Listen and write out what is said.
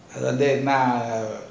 அது வந்து என்னனா:athu vanthu ennana